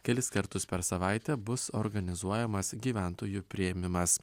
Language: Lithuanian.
kelis kartus per savaitę bus organizuojamas gyventojų priėmimas